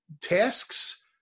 tasks